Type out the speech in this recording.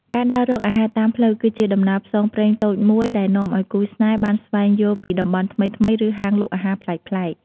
ការដើររកអាហារតាមផ្លូវ គឺជាដំណើរផ្សងព្រេងតូចមួយដែលនាំឲ្យគូស្នេហ៍បានស្វែងយល់ពីតំបន់ថ្មីៗ ឬហាងលក់អាហារប្លែកៗ។